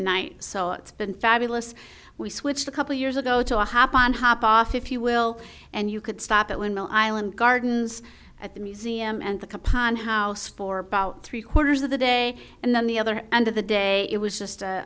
night so it's been fabulous we switched a couple years ago to a hop on hop off if you will and you could stop at windmill island gardens at the museum and the kapan house for about three quarters of the day and then the other end of the day it was just